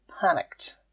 panicked